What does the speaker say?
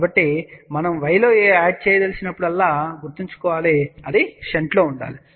కాబట్టి మనం y లో యాడ్ చేయదలచినప్పుడల్లా గుర్తుంచుకోండి ఇది షంట్లో ఉండాలి